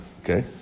okay